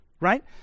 right